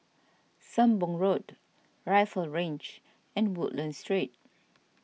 Sembong Road Rifle Range and Woodlands Street